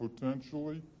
potentially